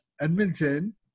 Edmonton